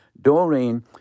Doreen